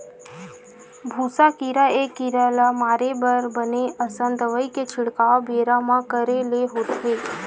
भूसा कीरा ए कीरा ल मारे बर बने असन दवई के छिड़काव बेरा म करे ले होथे